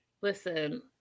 Listen